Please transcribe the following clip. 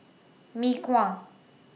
Mee Kuah